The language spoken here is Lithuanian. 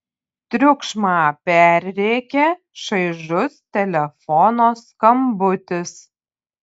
triukšmą perrėkia šaižus telefono skambutis